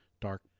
dark